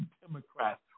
Democrats